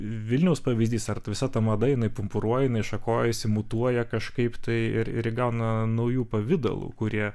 vilniaus pavyzdys ar visa ta mada jinai pumpuruojasi jinai šakojasi mutuoja kažkaip tai ir ir įgauna naujų pavidalų kurie